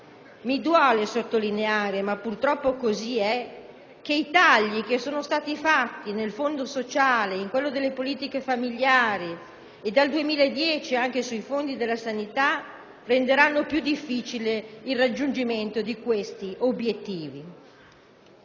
mi duole sottolineare - ma purtroppo così è - che i tagli fatti al Fondo sociale, a quello delle politiche familiari e dal 2010 anche sui fondi della sanità renderanno più difficile il raggiungimento di questi obiettivi.